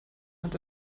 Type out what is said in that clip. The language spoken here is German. hand